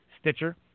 Stitcher